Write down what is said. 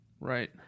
Right